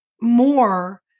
more